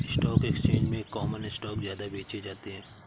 stock exchange में common stock ज्यादा बेचे जाते है